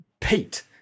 Pete